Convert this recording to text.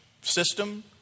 system